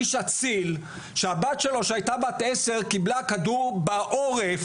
איש אציל שהבת שלו שהייתה בת עשר קיבלה כדור בעורף,